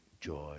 joy